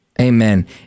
Amen